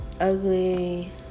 ugly